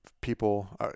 people